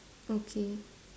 okay